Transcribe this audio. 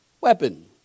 weapon